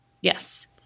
Yes